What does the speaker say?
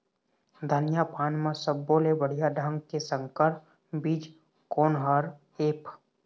धनिया पान म सब्बो ले बढ़िया ढंग के संकर बीज कोन हर ऐप?